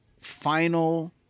final